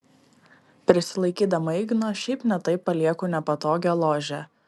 prisilaikydama igno šiaip ne taip palieku nepatogią ložę